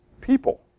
people